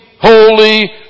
holy